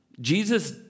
Jesus